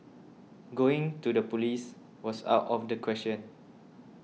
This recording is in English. going to the police was out of the question